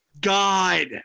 God